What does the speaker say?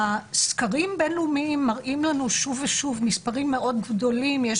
סקרים בין-לאומיים מראים לנו שוב ושוב מספרים מאוד גדולים יש